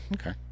Okay